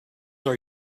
are